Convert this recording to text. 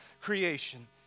creation